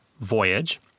Voyage